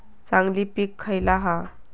चांगली पीक खयला हा?